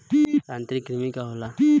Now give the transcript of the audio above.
आंतरिक कृमि का होला?